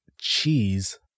cheese